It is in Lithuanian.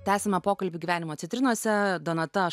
tęsiame pokalbį gyvenimo citrinose donata